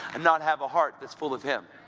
and not have a heart that's full of him.